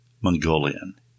Mongolian